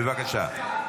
בבקשה.